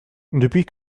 depuis